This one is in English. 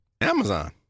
Amazon